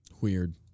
Weird